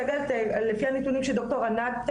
לפי הנתונים של ד"ר ענת,